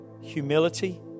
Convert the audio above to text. Humility